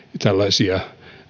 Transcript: tällaisia